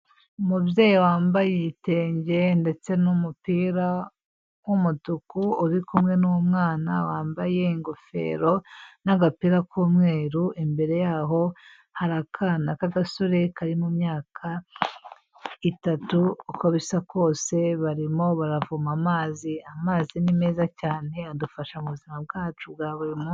Umubyeyi wambaye ibitenge ndetse n'umupira w'umutuku, uri kumwe n'umwana wambaye ingofero n'agapira k'umweru, imbere yaho hari akana k'agasore kari mu myaka itatu uko bisa kose, barimo baravoma amazi, amazi ni meza cyane adufasha mubuzima bwacu bwa buri munsi.